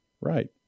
Right